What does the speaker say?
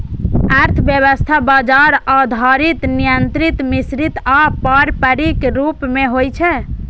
अर्थव्यवस्था बाजार आधारित, नियंत्रित, मिश्रित आ पारंपरिक रूप मे होइ छै